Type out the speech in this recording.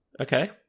Okay